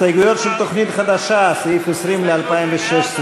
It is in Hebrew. הסתייגויות של הפחתת התקציב לסעיף 20 לשנת 2016: